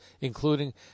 including